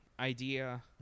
Idea